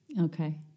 okay